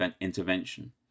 intervention